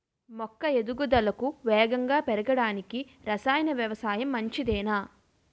మొక్క ఎదుగుదలకు వేగంగా పెరగడానికి, రసాయన వ్యవసాయం మంచిదేనా?